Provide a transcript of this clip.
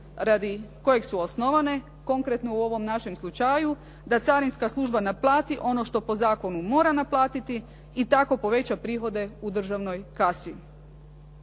radi kojeg su osnovane, konkretno u ovom našem slučaju da carinska služba naplati ono što po zakonu mora naplatiti i tako poveća prihode u državnoj kasi.